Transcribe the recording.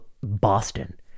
Boston